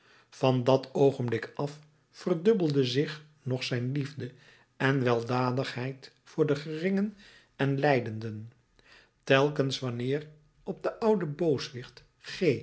van dat oogenblik af verdubbelde zich nog zijn liefde en weldadigheid voor de geringen en lijdenden telkens wanneer op den ouden booswicht g